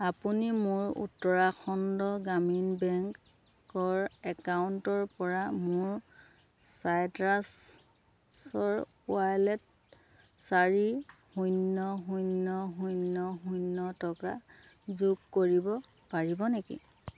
আপুনি মোৰ উত্তৰাখণ্ড গ্ৰামীণ বেংকৰ একাউণ্টৰ পৰা মোৰ চাইট্ৰাছৰ ৱালেট চাৰি শূন্য শূন্য শূন্য শূন্য টকা যোগ কৰিব পাৰিব নেকি